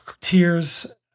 tears